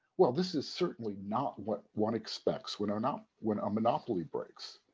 well, this is certainly not what one expects when are not when a monopoly breaks.